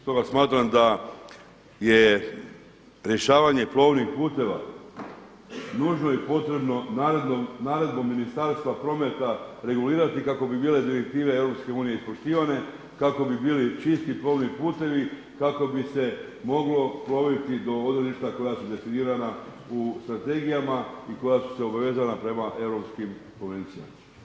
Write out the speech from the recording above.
Stoga smatram da je rješavanje plovnih puteve nužno i potrebno naredbom Ministarstva prometa regulirati kako bi bile direktive EU ispoštivane, kako bi bili čisti plovni putevi, kako bi se moglo ploviti do odredišta koja su definirana u strategija i koja su se obavezala prema europskim konvencijama.